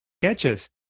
sketches